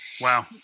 Wow